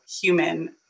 human